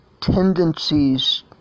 tendencies